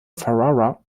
ferrara